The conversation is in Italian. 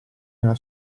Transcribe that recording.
nella